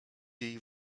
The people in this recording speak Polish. jej